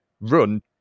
run